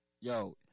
Yo